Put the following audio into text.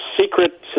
secret